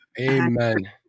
Amen